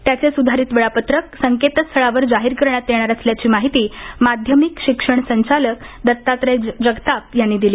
त्याचे सुधारित वेळापत्रक संकेतस्थळावर जाहीर करण्यात येणार असल्याची माहिती माध्यमिक शिक्षण संचालक दत्तात्रय जगताप यांनी दिली